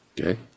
Okay